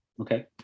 Okay